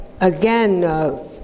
again